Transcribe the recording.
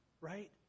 right